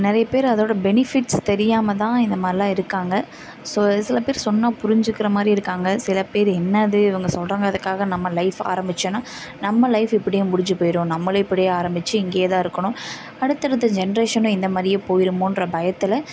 நிறையப்பேர் அதோடய பெனிஃபிட்ஸ் தெரியாமல் தான் இந்த மாதிரிலாம் இருக்காங்க ஸோ சில பேர் சொன்னால் புரிஞ்சிக்கிற மாதிரி இருக்காங்க சிலப்பேர் என்னது இவங்க சொல்கிறாங்கங்கறதுக்குக்காக நம்ம லைஃப் ஆரம்பித்தோம்னா நம்ம லைஃப் இப்படியே முடிஞ்சுப் போய்டும் நம்மளே இப்படி ஆரம்பித்து இங்கேயே தான் இருக்கணும் அடுத்தடுத்த ஜென்ரேஷனும் இந்த மாதிரியே போய்டுமோன்ற பயத்தில்